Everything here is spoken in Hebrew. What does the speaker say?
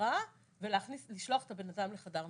משטרה ולשלוח את הבנאדם לחדר מיון,